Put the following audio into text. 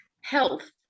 health